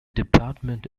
department